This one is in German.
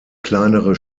kleinere